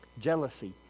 jealousy